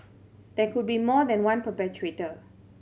there could be more than one perpetrator